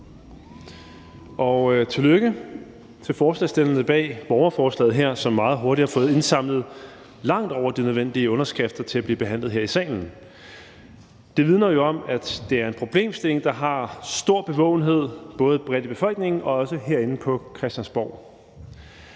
tillykke til forslagsstillerne bag borgerforslaget her, som meget hurtigt har fået indsamlet langt over det nødvendige antal underskrifter til, at forslaget kan blive behandlet her i salen. Det vidner jo om, at det er en problemstilling, der har stor bevågenhed både blandt befolkningen og herinde på Christiansborg.